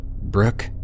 Brooke